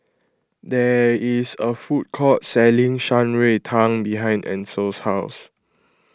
there is a food court selling Shan Rui Tang behind Ancil's house